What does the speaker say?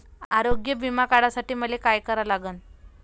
आरोग्य बिमा काढासाठी मले काय करा लागन?